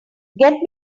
get